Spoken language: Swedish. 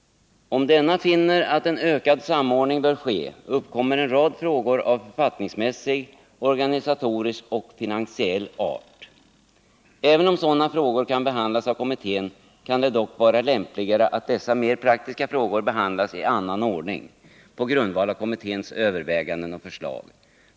Om denna finner att en ökad samordning bör ske, uppkommer en rad frågor av författningsmässig, organisatorisk och finansiell art. Även om sådana frågor kan behandlas av kommittén, kan det dock vara lämpligare att dessa mer praktiska frågor behandlas i annan ordning på grundval av kommitténs överväganden och förslag.